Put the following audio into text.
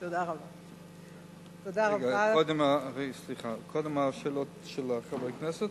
השאלה שלי מופנית לסגן השר: